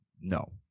no